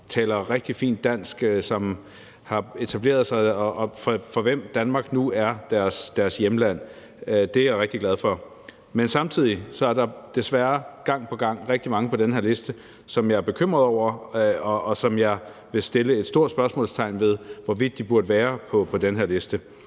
som taler rigtig fint dansk, som har etableret sig, og for hvem Danmark nu er deres hjemland – det er jeg rigtig glad for. Men samtidig er der på den anden side desværre gang på gang rigtig mange på den her liste, som jeg er bekymret over, og som jeg vil sætte et stort spørgsmålstegn ved hvorvidt burde være på den her liste.